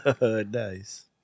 Nice